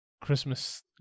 Christmas